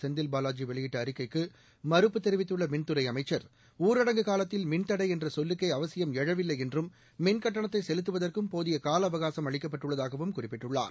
செந்தில் பாவாஜி வெளியிட்ட அறிக்கைக்கு மறுப்புத் தெரிவித்துள்ள மின்துறை அமைச்சர் ஊரடங்கு காலத்தில் மின்தடை என்ற சொல்லுக்கே அவசியம் எழவில்லை என்றும் மின்கட்டணத்தை செலுத்துவதற்கும் போதிய காலஅவகாசம் அளிக்கப்பட்டுள்ளதாகவும் குறிப்பிட்டுள்ளார்